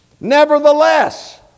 nevertheless